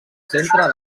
centre